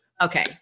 Okay